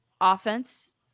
offense